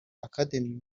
academy